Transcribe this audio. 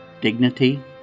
Dignity